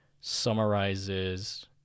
summarizes